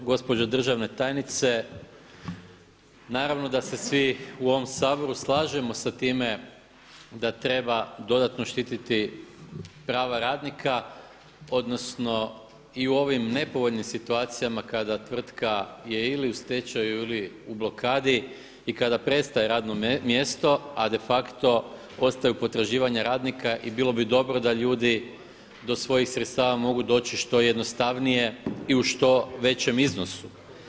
Gospođo državna tajnice, naravno da se svi u ovome Saboru slažemo sa time da treba dodatno štititi prava radnika, odnosno i u ovim nepovoljnim situacijama kada je tvrtka ili u stečaju ili u blokadi i kada prestaje radno mjesto, a de facto ostaju potraživanja radnika i bilo bi dobro da ljudi do svojih sredstava mogu doći što jednostavnije i u što većem iznosu.